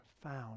found